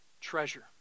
treasure